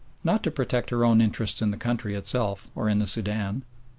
not to protect her own interests in the country itself or in the sudan,